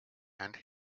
and